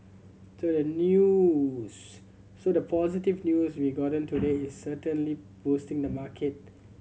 so the news so the positive news we've gotten today is certainly boosting the market